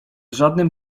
żadnym